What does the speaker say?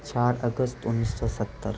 چار اگست انیس سو ستّر